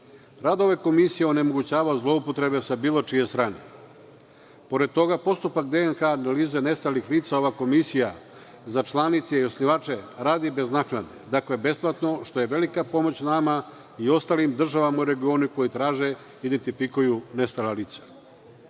Rad ove komisije onemogućava zloupotrebe sa bilo čije strane. Pored toga, postupak DNK analize nestalih lica ova komisija za članice i osnivače radi bez naknade, dakle besplatno, što je veliki pomoć nama i ostalim državama u regionu koji traže da identifikuju nestala lica. Zbog